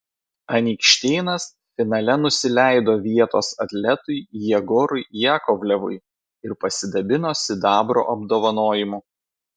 anykštėnas finale nusileido vietos atletui jegorui jakovlevui ir pasidabino sidabro apdovanojimu